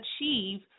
achieve